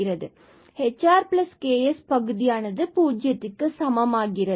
இந்த hrks பகுதியானது பூஜ்ஜியத்திற்க்கு சமம் ஆகிறது